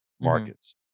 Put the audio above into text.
markets